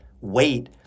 wait